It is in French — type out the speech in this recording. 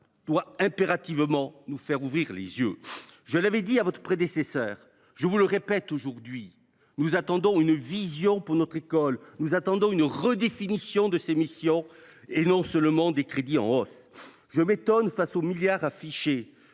doit impérativement nous conduire à ouvrir les yeux. Je l’avais dit à votre prédécesseur, je vous le répète aujourd’hui : nous attendons une vision pour notre école, une redéfinition de ses missions, et pas seulement des crédits en hausse. Je m’étonne, au vu des milliards d’euros